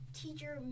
teacher